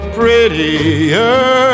prettier